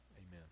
Amen